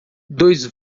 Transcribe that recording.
dois